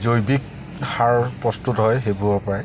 জৈৱিক সাৰ প্ৰস্তুত হয় সেইবোৰৰ পৰাই